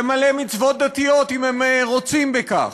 למלא מצוות דתיות, אם הם רוצים בכך,